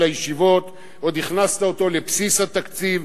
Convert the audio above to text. הישיבות ועוד הכנסת אותו לבסיס התקציב,